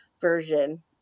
version